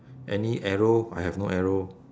any arrow I have no arrow